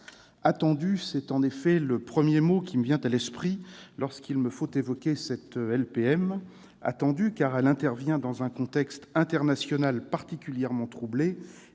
Attendue, c'est en effet le premier mot qui me vient à l'esprit, lorsqu'il me faut évoquer cette loi de programmation militaire. Attendue, car elle intervient dans un contexte international particulièrement troublé-